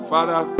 Father